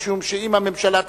משום שאם הממשלה תסכים,